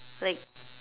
like